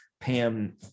Pam